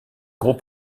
gros